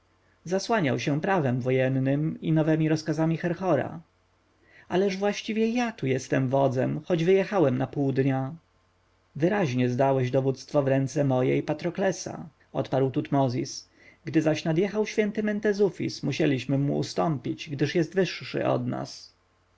zasłaniał się prawem wojennem i nowemi rozkazami herhora ależ właściwie ja tu jestem wodzem choć wyjechałem na pół dnia wyraźnie zdałeś dowództwo w ręce moje i patroklesa odparł tutmozis gdy zaś nadjechał święty mentezufis musieliśmy mu ustąpić gdyż jest wyższy od nas